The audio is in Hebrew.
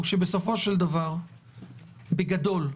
הוא שבסופו של דבר, בגדול,